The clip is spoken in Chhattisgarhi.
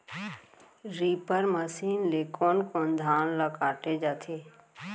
रीपर मशीन ले कोन कोन धान ल काटे जाथे?